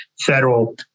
federal